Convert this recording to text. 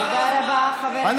תודה רבה, חבר הכנסת ינון אזולאי.